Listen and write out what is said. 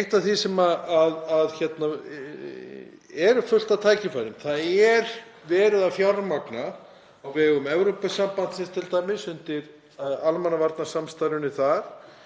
eitt af því sem hefur fullt af tækifærum. Það er verið að fjármagna þetta á vegum Evrópusambandsins t.d. undir almannavarnasamstarfinu þar